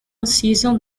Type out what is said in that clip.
season